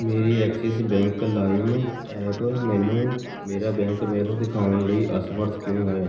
ਮੇਰੀ Axis bank Lime app ਮੈਨੂੰ ਮੇਰਾ ਬੈਂਕ ਬੈਲੇਂਸ ਦਿਖਾਉਣ ਲਈ ਅਸਮਰੱਥ ਕਿਉਂ ਹੈ